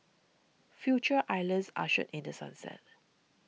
Future Islands ushered in The Sunset